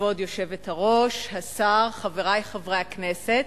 כבוד היושבת-ראש, השר, חברי חברי הכנסת,